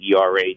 ERA